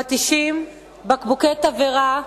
פטישים, בקבוקי תבערה,